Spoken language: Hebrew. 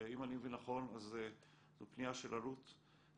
ואם אני מבין נכון זו פנייה של אלו"ט על